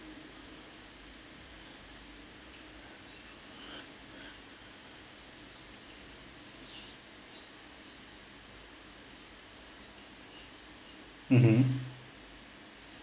mmhmm